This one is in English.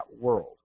world